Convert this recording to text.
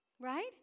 Right